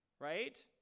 right